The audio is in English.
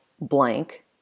blank